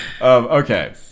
okay